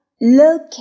look